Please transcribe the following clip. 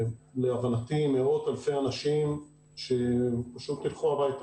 להבנתי, של מאות-אלפי אנשים שפשוט ילכו הביתה.